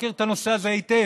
מכיר את הנושא הזה היטב,